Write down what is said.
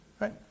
Right